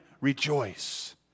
rejoice